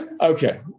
okay